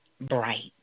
bright